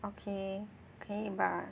okay 可以吧